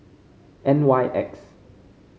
N Y X